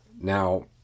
Now